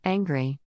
Angry